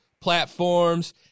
platforms